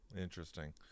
interesting